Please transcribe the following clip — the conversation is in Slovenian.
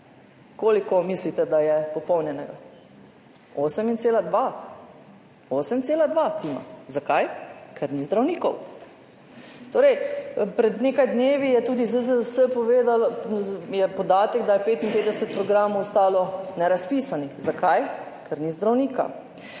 koliko mislite, da je popolnjenega? 8,2. 8,2 tima. Zakaj? Ker ni zdravnikov. Izpred nekaj dni je tudi podatek ZZZS, da je 55 programov ostalo nerazpisanih. Zakaj? Ker ni zdravnika.